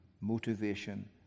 motivation